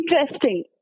interesting